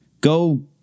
go